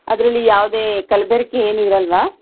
ಅದರಲ್ಲಿ ಯಾವುದೇ ಕಲಬೆರ್ಕೆ ಏನೂ ಇರೋಲ್ವಾ